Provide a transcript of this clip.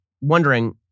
wondering